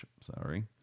Sorry